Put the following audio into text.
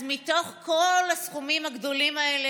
אז מתוך כל הסכומים הגדולים האלה,